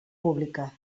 pública